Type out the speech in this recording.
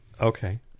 Okay